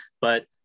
but-